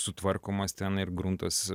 sutvarkomas ten ir gruntas